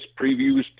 previews